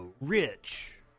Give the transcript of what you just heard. rich